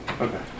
Okay